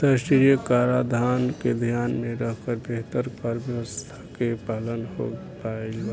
अंतरराष्ट्रीय कराधान के ध्यान में रखकर बेहतर कर व्यावस्था के पालन हो पाईल